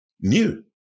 new